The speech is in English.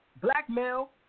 blackmail